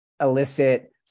elicit